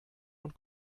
und